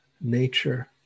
nature